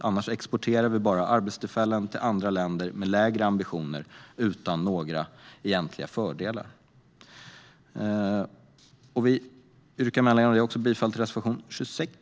Annars exporterar vi bara arbetstillfällen till länder med lägre ambitioner utan att några egentliga fördelar uppnås. Med anledning av detta yrkar jag bifall till reservation 26.